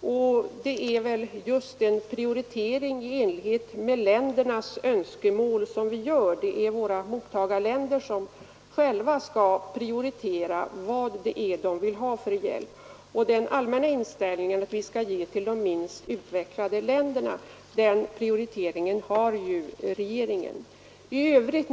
och det är väl just en prioritering i enlighet med ländernas önskemål som vi gör. Det är våra mottagarländer som själva skall prioritera vad det är för hjälp som de vill ha. Den allmänna inställningen att vi skall ge till de minst utvecklade länderna har ju regeringen prioriterat.